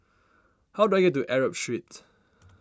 how do I get to Arab Street